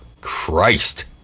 Christ